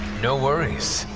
no worries.